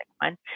one